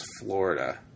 Florida